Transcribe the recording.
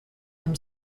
him